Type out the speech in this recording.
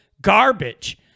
garbage